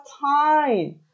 time